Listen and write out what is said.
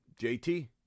JT